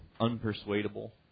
unpersuadable